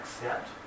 accept